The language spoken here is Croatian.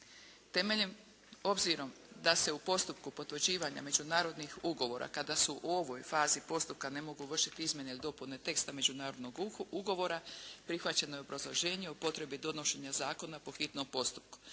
Obzirom da se u postupku potvrđivanja međunarodnih ugovora kada su u ovoj fazi postupka ne mogu vršiti izmjene ili dopune teksta međunarodnog ugovora prihvaćeno je obrazloženje o potrebi donošenja zakona po hitnom postupku.